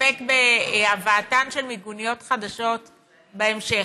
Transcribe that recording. להסתפק בהבאתן של מיגוניות חדשות בהמשך,